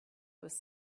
was